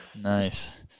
nice